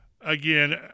Again